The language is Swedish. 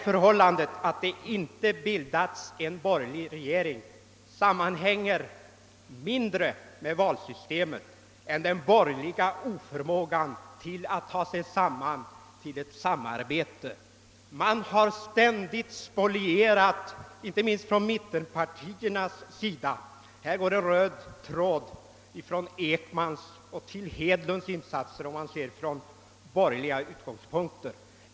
Förhållandet att en borgerlig regering inte kommit till stånd sammanhänger mindre med det gamla valsystemets förmenta nackdelar än med den borgerliga oförmågan att samla sig till samarbete. Ett samarbete har ständigt spolierats — inte minst från mittenpartiernas sida — och här går en röd tråd från statsminister Ekmans insatser till herr Hedlunds om man betraktar utvecklingen från borgerliga utgångspunkter.